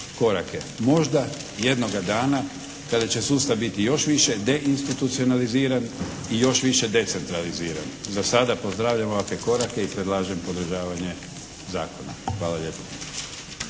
korake? Možda jednoga dana kada će sustav biti još više deinstitucionaliziran i još više decentraliziran. Za sada pozdravljam ovakve korake i predlažem podržavanje zakona. Hvala lijepo.